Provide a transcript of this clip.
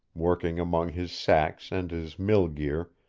working among his sacks and his mill-gear,